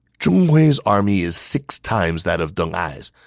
zhong hui's army is six times that of deng ai's.